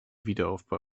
wiederaufbau